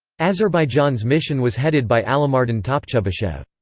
azerbaijan's mission was headed by alimardan topchubashev.